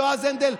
יועז הנדל,